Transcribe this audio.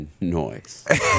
Noise